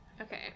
Okay